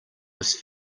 must